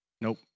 Nope